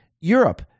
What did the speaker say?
Europe